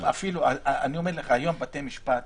אני אומר לך: היום בתי המשפט